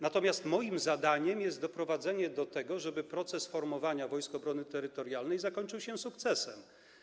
Natomiast moim zadaniem jest doprowadzenie do tego, żeby proces formowania Wojsk Obrony Terytorialnej zakończył się sukcesem.